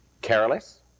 careless